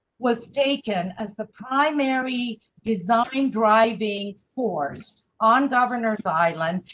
was taken as the primary design driving force on governor's island,